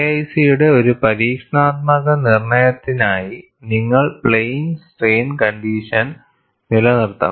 KIC യുടെ ഒരു പരീക്ഷണാത്മക നിർണ്ണയത്തിനായി നിങ്ങൾ പ്ലെയിൻ സ്ട്രെയിൻ കണ്ടീഷൻ നിലനിർത്തണം